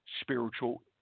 spiritual